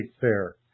Fair